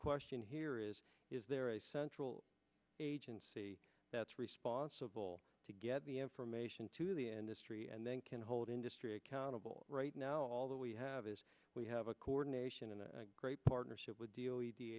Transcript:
question here is is there a central agency that's responsible to get the information to the end history and can hold industry accountable right now all that we have is we have a coordination and great partnership with